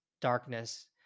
darkness